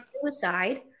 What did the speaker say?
suicide